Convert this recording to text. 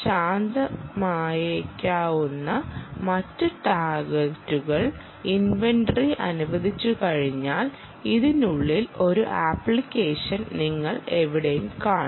ശാന്തമായേക്കാവുന്ന മറ്റ് ടാഗുകൾ ഇൻവെന്ററി അനുവദിച്ചുകഴിഞ്ഞാൽ ഇതിനുള്ള ഒരു അപ്ലിക്കേഷൻ നിങ്ങൾ എവിടെ കാണും